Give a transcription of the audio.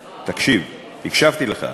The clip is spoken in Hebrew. תקשיב, הקשבתי לך,